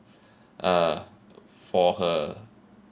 uh for her